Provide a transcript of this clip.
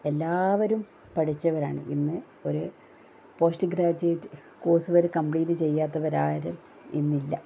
എല്ലാവരും പഠിച്ചവരാണ് ഇന്ന് ഒര് പോസ്റ്റ് ഗ്രാജുവേറ്റ് കോഴ്സ് വരെ കംപ്ലീറ്റ് ചെയ്യാത്തവരാരും ഇന്നില്ല